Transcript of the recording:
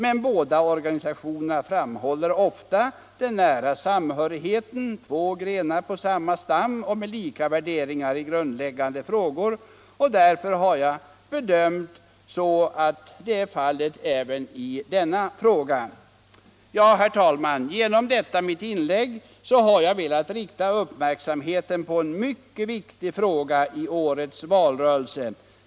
Men båda organisationerna framhåller ofta den nära samhörigheten — två grenar på samma stam och med lika värderingar i grundläggande frågor. Och därför har jag bedömt att så är fallet även i denna fråga. Genom detta mitt inlägg har jag velat rikta uppmärksamheten på en mycket viktig fråga i årets valrörelse.